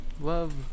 Love